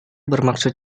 bermaksud